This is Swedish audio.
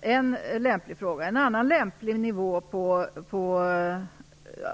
En lämplig nivå på